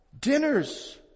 dinners